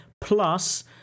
plus